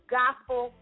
gospel